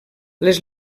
les